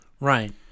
Right